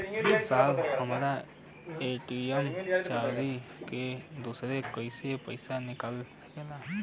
साहब हमार ए.टी.एम चूरा के दूसर कोई पैसा निकाल सकेला?